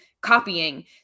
copying